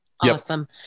Awesome